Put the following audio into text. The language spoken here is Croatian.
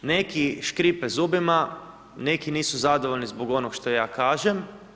Sad, neki škripe zubima, neki nisu zadovoljni zbog onoga što ja kažem.